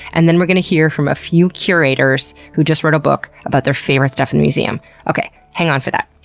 and then we're gonna hear from a few curators who just wrote a book about their favorite stuff in the museum. okay, hang on for that.